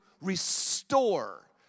restore